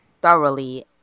thoroughly